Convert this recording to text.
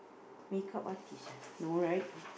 makeup artist ah no right